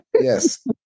yes